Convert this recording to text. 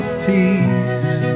peace